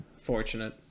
Fortunate